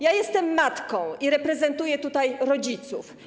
Jestem matką i reprezentuję tutaj rodziców.